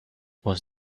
was